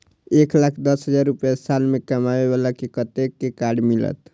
एक लाख दस हजार रुपया साल में कमाबै बाला के कतेक के कार्ड मिलत?